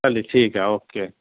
چلیے ٹھیک ہے اوکے